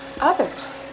Others